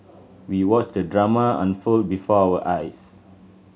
we watched the drama unfold before our eyes